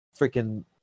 Freaking